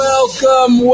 Welcome